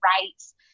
rights